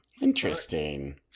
Interesting